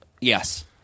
Yes